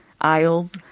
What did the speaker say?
aisles